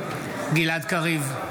בעד גלעד קריב,